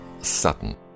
Sutton